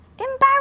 embarrassed